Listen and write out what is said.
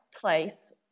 place